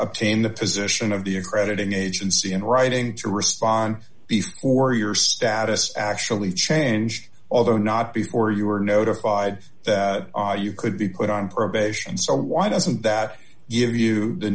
obtain the position of the accrediting agency in writing to respond before your status actually changed although not before you were notified that you could be put on probation so why doesn't that give you the